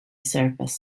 surface